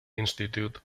institute